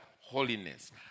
holiness